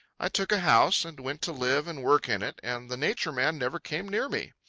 i took a house and went to live and work in it, and the nature man never came near me.